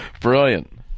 Brilliant